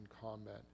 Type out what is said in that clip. combat